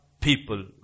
people